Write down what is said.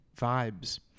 vibes